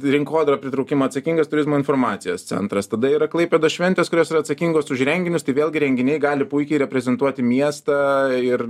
rinkodarą pritraukimą atsakingas turizmo informacijos centras tada yra klaipėdos šventės kurios yra atsakingos už renginius tai vėlgi renginiai gali puikiai reprezentuoti miestą ir